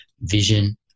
vision